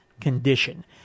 condition